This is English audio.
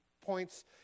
points